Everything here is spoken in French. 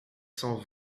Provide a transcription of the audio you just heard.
cent